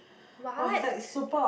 what